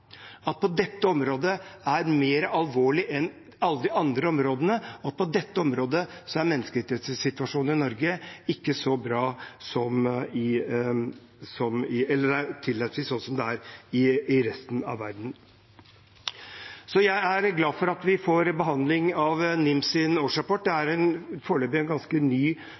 at på dette området er det mer alvorlig enn på alle de andre områdene, og at på dette området er menneskerettighetssituasjonen i Norge ikke så bra – eller er tilnærmelsesvis sånn som den er i resten av verden. Jeg er glad for at vi får behandling av NIMs årsrapport. Det er foreløpig en ganske ny